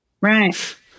right